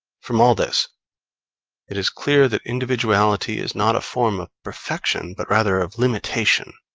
from all this it is clear that individuality is not a form of perfection, but rather of limitation